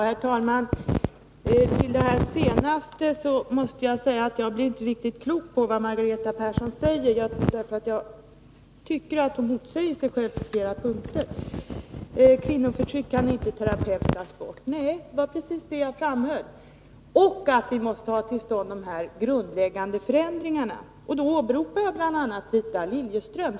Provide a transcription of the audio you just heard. Herr talman! På det senaste måste jag replikerå att jag inte blir riktigt klok på vad Margareta Persson säger. Jag tycker att hon motsäger sig själv på flera punkter. Kvinnoförtryck kan inte ”terapeutas” bort. Nej, det var precis det jag framhöll. Jag sade också att vi måste få till stånd de grundläggande förändringarna. Då åberopade jag bl.a. Rita Liljeström.